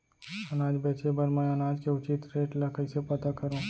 अनाज बेचे बर मैं अनाज के उचित रेट ल कइसे पता करो?